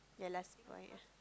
yeah lah spoilt